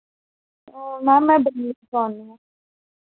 ma'am में